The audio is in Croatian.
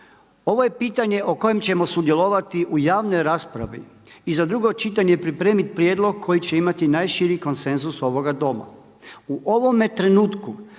Ovo je pitanje o kojem ćemo sudjelovati u javnoj raspravi i za drugo čitanje pripremiti prijedlog koji će imati najširi konsenzus ovoga Doma.